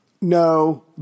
No